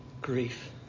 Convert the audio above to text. grief